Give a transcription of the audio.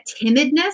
timidness